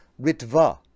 Ritva